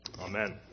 amen